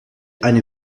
eine